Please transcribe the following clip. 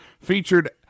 featured